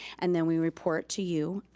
and then we report to you,